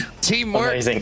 Teamwork